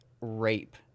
rape